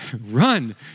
Run